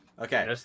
Okay